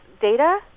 data